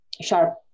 sharp